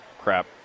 crap